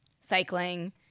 cycling